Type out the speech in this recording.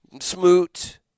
Smoot